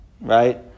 Right